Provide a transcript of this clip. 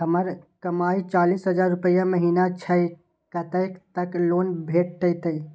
हमर कमाय चालीस हजार रूपया महिना छै कतैक तक लोन भेटते?